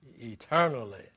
eternally